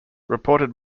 reported